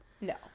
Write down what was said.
no